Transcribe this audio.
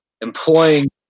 employing